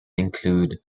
include